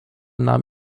nahm